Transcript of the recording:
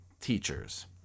teachers